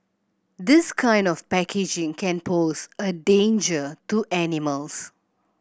this kind of packaging can pose a danger to animals